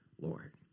Lord